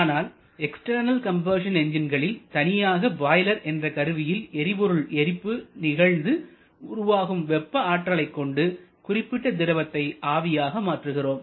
ஆனால் external combustion என்ஜின்களில் தனியாக பாய்லர் என்ற கருவியில் எரிபொருள் எரிப்பு நிகழ்ந்து உருவாகும் வெப்ப ஆற்றலைக் கொண்டு குறிப்பிட்ட திரவத்தை ஆவியாக மாற்றுகிறோம்